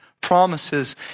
promises